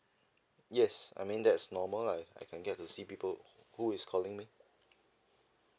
yes I mean that's normal lah I can get to see people who is calling me